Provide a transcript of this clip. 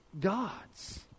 gods